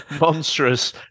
monstrous